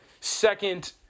second